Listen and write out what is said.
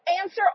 Answer